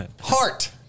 Heart